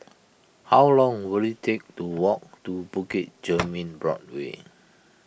how long will it take to walk to Bukit Chermin Board way